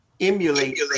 emulate